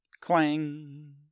clang